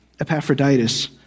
Epaphroditus